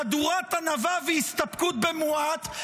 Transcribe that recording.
חדורת ענווה והסתפקות במועט.